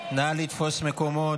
נא לתפוס מקומות.